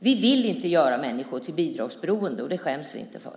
Vi vill inte göra människor bidragsberoende. Och det skäms vi inte för.